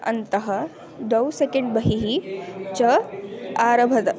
अन्तः द्वौ सेकेण्ड् बहिः च आरभत